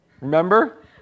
Remember